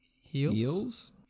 Heels